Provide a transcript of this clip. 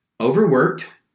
overworked